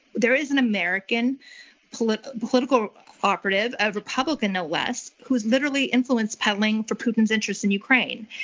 there is an american political political operative, a republican, no less, who is literally influence peddling for putin's interests in ukraine.